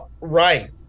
Right